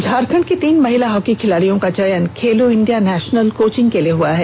झारखंड की तीन महिला हॉकी खिलाडियों का चयन खेलों इंडिया नेषनल कोचिंग के लिए हुआ है